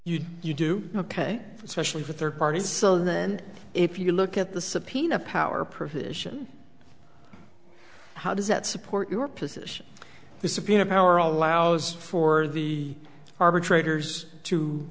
you you do ok especially for third parties so then if you look at the subpoena power provision how does that support your position the subpoena power allows for the arbitrator's to